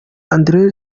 andrew